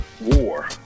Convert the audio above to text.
War